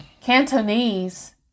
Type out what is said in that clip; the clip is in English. Cantonese